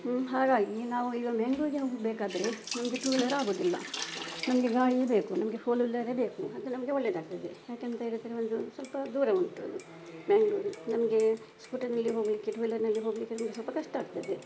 ಹಾಗಾಗಿ ನಾವು ಈಗ ಮಂಗ್ಳೂರಿಗೆ ಹೋಗಬೇಕಾದ್ರೆ ನಮಗೆ ಟೂ ವೀಲರ್ ಆಗೋದಿಲ್ಲ ನಮಗೆ ಗಾಡಿಯೇ ಬೇಕು ನಮಗೆ ಫೋರ್ ವೀಲರೇ ಬೇಕು ಅದು ನಮಗೆ ಒಳ್ಳೆಯದಾಗ್ತದೆ ಯಾಕೆಂತ ಹೇಳಿದರೆ ಈಗ ಸ್ವಲ್ಪ ದೂರ ಉಂಟು ಅದು ಮಂಗ್ಳೂರು ನಮಗೆ ಸ್ಕೂಟರ್ನಲ್ಲಿ ಹೋಗಲಿಕ್ಕೆ ಟೂ ವೀಲರ್ನಲ್ಲಿ ಹೋಗಲಿಕ್ಕೆ ಸ್ವಲ್ಪ ಕಷ್ಟ ಆಗ್ತದೆ